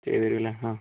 ചെയ്തുതരും അല്ലേ ഹാ